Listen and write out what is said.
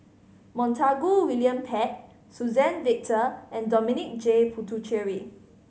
Montague William Pett Suzann Victor and Dominic J Puthucheary